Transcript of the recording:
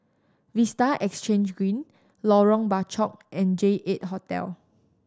Vista Exhange Green Lorong Bachok and J Eight Hotel